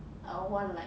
I will want like